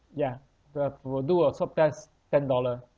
ya the for do a swab test ten dollar